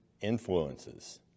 influences